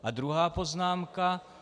A druhá poznámka.